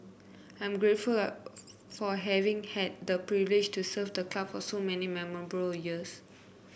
I am grateful for having had the privilege to serve the club for so many memorable years